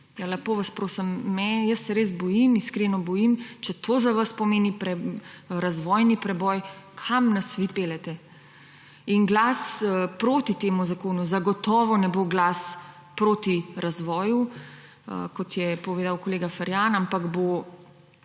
Lepo vas prosim, jaz se res bojim, iskreno bojim, če to za vas pomeni razvojni preboj, kam nas vi peljete. Glas proti temu zakonu zagotovo ne bo glas proti razvoju, kot je povedal kolega Ferjan, ampak bo